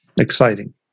exciting